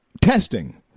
Testing